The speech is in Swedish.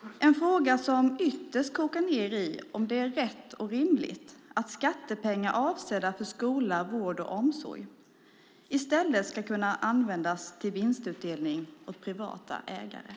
Det här är en fråga som ytterst kokar ned i om det är rätt och rimligt att skattepengar avsedda för skola, vård och omsorg i stället ska användas till vinstutdelning åt privata ägare.